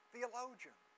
theologian